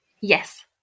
Yes